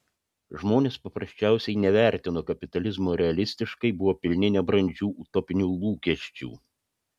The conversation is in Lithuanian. žmonės paprasčiausiai nevertino kapitalizmo realistiškai buvo pilni nebrandžių utopinių lūkesčių